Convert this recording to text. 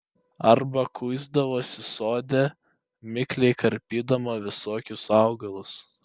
arba kuisdavosi sode mikliai karpydama visokius augalus